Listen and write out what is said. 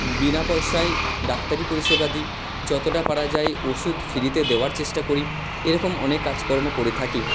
বিনা পয়সায় ডাক্তারি পরিষেবা দিই যতটা পারা যায় ওষুধ ফ্রিতে দেওয়ার চেষ্টা করি এরকম অনেক কাজকর্ম করে থাকি